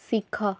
ଶିଖ